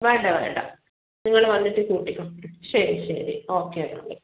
വേണ്ടവേണ്ട നിങ്ങൾ വന്നിട്ട് കൂട്ടിക്കോ ശരി ശരി ഓക്കെ എന്നാൽ